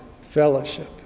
fellowship